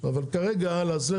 היא כבר התייאשה,